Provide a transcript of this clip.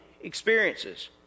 experiences